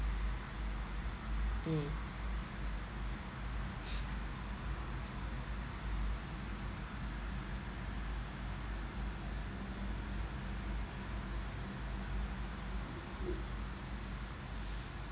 mm